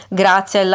grazie